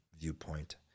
viewpoint